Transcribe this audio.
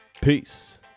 Peace